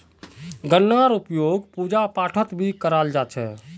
गन्नार उपयोग पूजा पाठत भी कराल जा छे